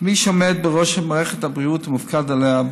כמי שעומד בראש מערכת הבריאות ומופקד עליה,